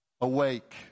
awake